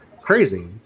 crazy